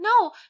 No